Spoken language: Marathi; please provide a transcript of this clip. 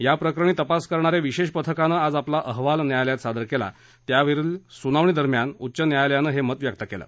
या प्रकरणी तपास करणाऱ्या विशेष पथकानं आज आपला अहवाल न्यायालयात सादर केला त्यावरील सुनावणी दरम्यान उच्च न्यायालयानं हे मत व्यक्त केलं